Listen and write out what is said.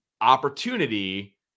opportunity